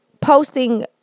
posting